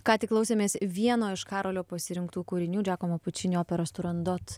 ką tik klausėmės vieno iš karolio pasirinktų kūrinių džiakomo pučinio operos turandot